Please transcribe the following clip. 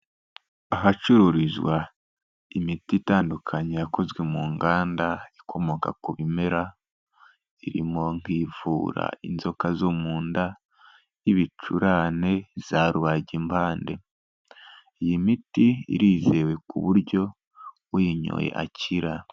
Ahacururizwa imiti itandukanye yakozwe mu nganda ikomoka ku bimera, irimo nk'ivura inzoka zo mu nda, ibicurane, za rubagimbande, iyi miti irizewe ku buryo uyinyoye akira.